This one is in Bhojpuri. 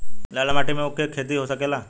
लाल माटी मे ऊँख के खेती हो सकेला?